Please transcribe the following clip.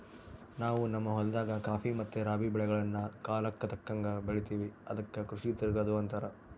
ನಾವು ನಮ್ಮ ಹೊಲದಾಗ ಖಾಫಿ ಮತ್ತೆ ರಾಬಿ ಬೆಳೆಗಳ್ನ ಕಾಲಕ್ಕತಕ್ಕಂಗ ಬೆಳಿತಿವಿ ಅದಕ್ಕ ಕೃಷಿ ತಿರಗದು ಅಂತಾರ